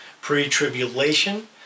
pre-tribulation